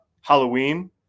Halloween